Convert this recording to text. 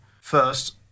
First